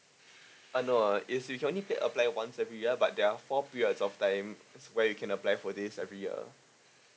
uh no is you can only get applied once every year but there are four periods of time where you can apply for this every year